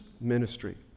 ministry